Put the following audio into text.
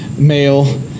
male